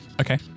Okay